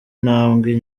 ntambwe